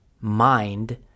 mind